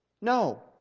No